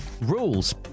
rules